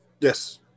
Yes